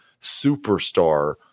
superstar